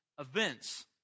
events